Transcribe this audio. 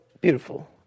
beautiful